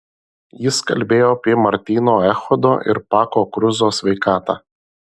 jis kalbėjo apie martyno echodo ir pako kruzo sveikatą